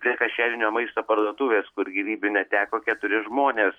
prie kašerinio maisto parduotuvės kur gyvybių neteko keturi žmonės